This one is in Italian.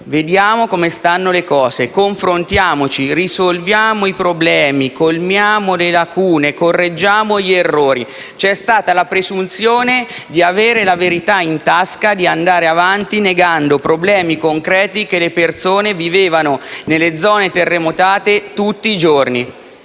«Vediamo come stanno le cose, confrontiamoci, risolviamo i problemi, colmiamo le lacune, correggiamo gli errori». C'è stata la presunzione di avere la verità in tasca e di andare avanti negando i problemi concreti che le persone vivevano nelle zone terremotate tutti i giorni.